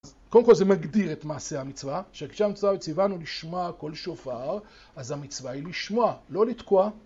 קודם כל זה מגדיר את מעשה המצווה, שכשהמצווה היא "ציוונו לשמוע קול שופר" אז המצווה היא לשמוע, לא לתקוע